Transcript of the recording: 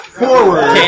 forward